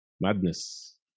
madness